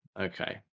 Okay